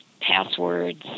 Passwords